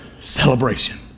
celebration